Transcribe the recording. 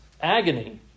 agony